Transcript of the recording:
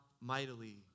mightily